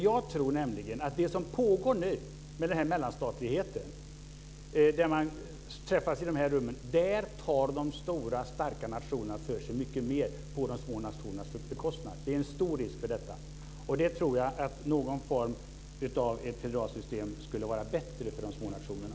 Jag tror nämligen att mellanstatligheten där man träffas i de här rummen innebär att de stora och starka nationerna tar för sig mycket mer på de små nationernas bekostnad. Det finns en stor risk för detta. Jag tror att någon form av federalt system skulle vara bättre för de små nationerna.